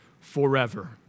forever